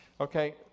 Okay